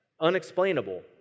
unexplainable